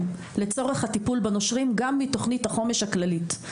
לצורך הטיפול בנושרים גם מתוכנית החומש הכללית.